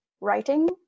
writing